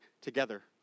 together